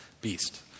beast